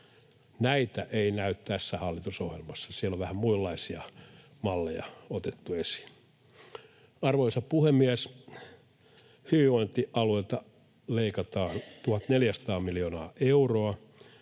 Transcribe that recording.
Näitä ei näy tässä hallitusohjelmassa. Siellä on vähän muunlaisia malleja otettu esiin. Arvoisa puhemies! Hyvinvointialueilta leikataan 1 400 miljoonaa euroa,